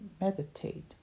meditate